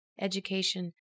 education